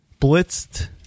Blitzed